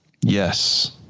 Yes